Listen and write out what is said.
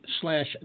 slash